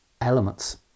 elements